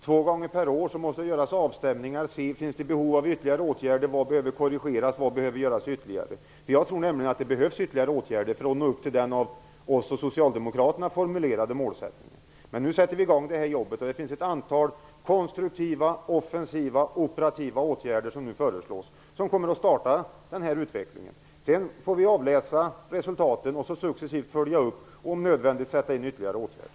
Två gånger per år måste avstämningar göras, för att se om det finns behov av ytterligare åtgärder eller korrigeringar. Jag tror nämligen att det behövs ytterligare åtgärder för att nå upp till den av oss och socialdemokraterna formulerade målsättningen. Nu sätter vi i gång med jobbet. Det är ett antal konstruktiva, offensiva, operativa åtgärder som föreslås. De kommer att starta denna utveckling. Sedan får vi avläsa resultaten, successivt följa upp dem och om nödvändigt sätta in ytterligare åtgärder.